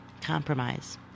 compromise